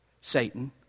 Satan